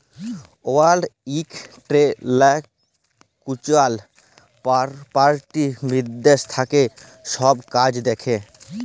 world intellectual property বিদ্যাশ থ্যাকে ছব কাজ দ্যাখে